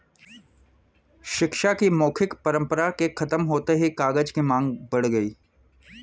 शिक्षा की मौखिक परम्परा के खत्म होते ही कागज की माँग बढ़ गई